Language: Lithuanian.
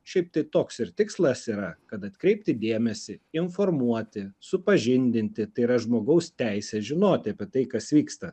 šiaip tai toks ir tikslas yra kad atkreipti dėmesį informuoti supažindinti tai yra žmogaus teisė žinoti apie tai kas vyksta